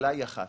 השאלה היא אחת